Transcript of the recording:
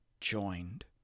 joined